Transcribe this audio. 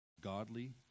godly